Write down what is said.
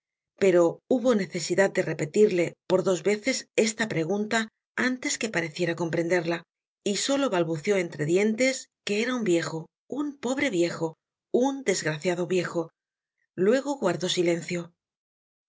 pero hubo necesidad de repetirle por dos veces esta pregunta antes que pareciera comprenderla y solo balbuceó entre dientes que era un viejo un pobre viejoun desgraciado viejo luego guardó silencio